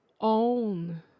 own